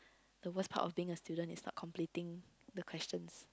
the worst part of thing is student is not completing the questions